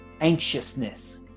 anxiousness